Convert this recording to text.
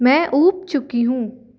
मैं ऊब चुकी है